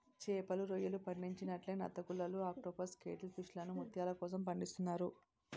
చేపలు, రొయ్యలు పండించినట్లే నత్తగుల్లలు ఆక్టోపస్ కేటిల్ ఫిష్లను ముత్యాల కోసం పండిస్తున్నారు